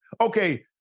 Okay